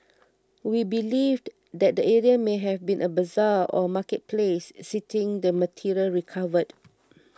we believed that the area may have been a bazaar or marketplace citing the material recovered